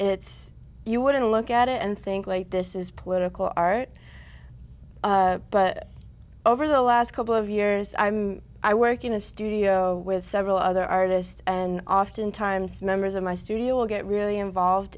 it's you wouldn't look at it and think like this is political art but over the last couple of years i'm i work in a studio with several other artists and oftentimes members of my studio will get really involved